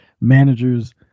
managers